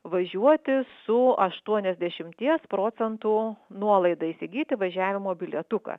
važiuoti su aštuoniasdešimties procentų nuolaida įsigyti važiavimo bilietuką